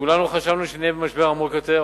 כולנו חשבנו שנהיה במשבר עמוק יותר,